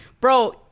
Bro